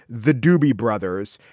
the doobie brothers.